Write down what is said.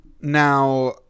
Now